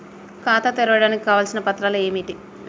ఖాతా తెరవడానికి కావలసిన పత్రాలు ఏమిటి?